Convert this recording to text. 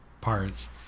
parts